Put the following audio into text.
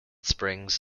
springs